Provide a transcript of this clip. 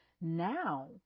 now